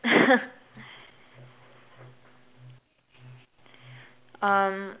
um